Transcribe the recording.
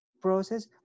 process